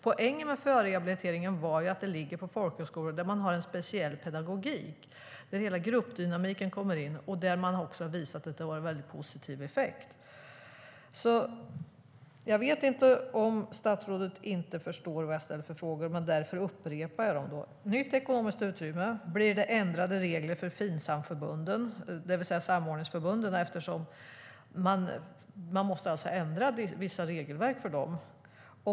Poängen med förrehabiliteringen var ju att den ligger på folkhögskolor, där man har en speciell pedagogik, där hela gruppdynamiken kommer in och där man också har visat att den har haft en väldigt positiv effekt. Jag vet inte om statsrådet inte förstår vilka frågor jag ställer, och därför upprepar jag dem. Nytt ekonomiskt utrymme: Blir det ändrade regler för Finsamförbunden, det vill säga samordningsförbunden? Man måste alltså ändra vissa regelverk för dem.